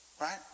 Right